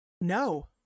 No